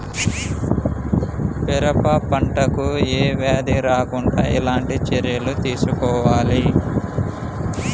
పెరప పంట కు ఏ వ్యాధి రాకుండా ఎలాంటి చర్యలు తీసుకోవాలి?